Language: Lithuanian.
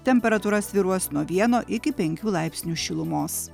temperatūra svyruos nuo vieno iki penkių laipsnių šilumos